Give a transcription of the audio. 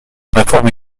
réforme